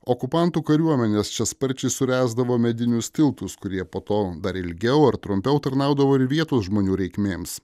okupantų kariuomenės čia sparčiai suręsdavo medinius tiltus kurie po to dar ilgiau ar trumpiau tarnaudavo ir vietos žmonių reikmėms